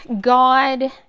God